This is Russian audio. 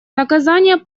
наказание